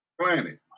planet